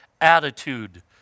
attitude